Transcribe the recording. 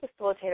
facilitator